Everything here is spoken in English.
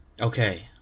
okay